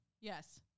Yes